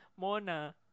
Mona